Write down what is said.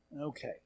Okay